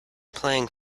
playing